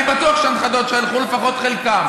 אני בטוח שהנכדות שלך ילכו, לפחות חלקן.